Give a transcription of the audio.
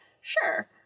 Sure